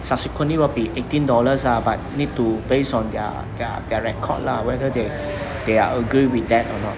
subsequently will be eighteen dollars ah but need to base on their their their record lah whether they they are agree with that or not